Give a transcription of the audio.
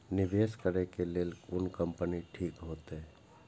निवेश करे के लेल कोन कंपनी ठीक होते?